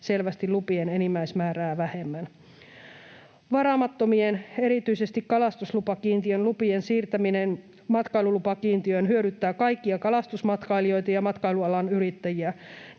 selvästi lupien enimmäismäärää vähemmän. Varaamattomien, erityisesti kalastuslupakiintiön lupien siirtäminen matkailulupakiintiöön hyödyttää kaikkia kalastusmatkailijoita ja matkailualan yrittäjiä.